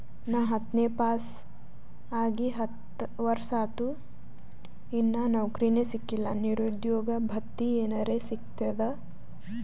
ನಾ ಹತ್ತನೇ ಪಾಸ್ ಆಗಿ ಹತ್ತ ವರ್ಸಾತು, ಇನ್ನಾ ನೌಕ್ರಿನೆ ಸಿಕಿಲ್ಲ, ನಿರುದ್ಯೋಗ ಭತ್ತಿ ಎನೆರೆ ಸಿಗ್ತದಾ?